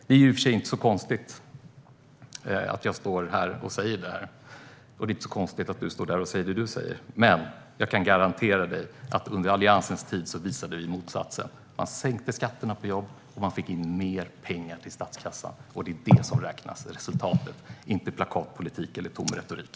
Det är i och för sig inte så konstigt att jag står här och säger detta, och det är inte så konstigt att du står där och säger det som du säger, men jag kan garantera dig att motsatsen visades under Alliansens tid. Man sänkte skatterna på jobb, och man fick in mer pengar till statskassan. Det är detta - resultatet - som räknas, inte plakatpolitik eller tom retorik.